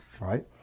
right